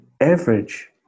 average